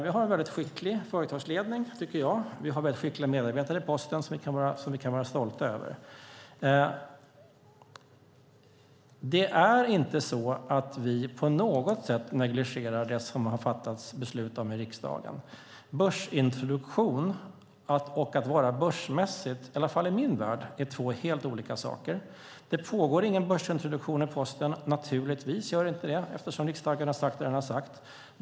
Vi har en väldigt skicklig företagsledning, tycker jag. Vi har väldigt skickliga medarbetare i Posten som vi kan vara stolta över. Det är inte så att vi på något sätt negligerar det beslut som har fattats i riksdagen. Börsintroduktion och att vara börsmässig är i alla fall i min värld två helt olika saker. Det pågår naturligtvis ingen börsintroduktion av Posten, eftersom riksdagen sagt vad den sagt.